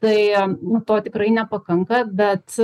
tai nu to tikrai nepakanka bet